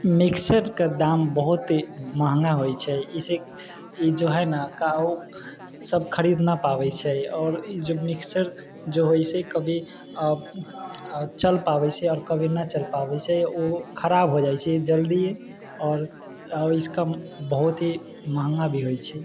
मिक्सरके दाम बहुत महङ्गा होइ छै तऽ एहिसँ ई जे है ने काहु सभ खरीद नहि पाबै छै आओर ई जे मिक्सर जे होइ छै कभी चल पाबै छै आओर कभी नहि चल पाबै छै आओर वैसे खराब हो जाइ छै जल्दिए आओर आओर इसका बहुत ही महङ्गा भी होइ छै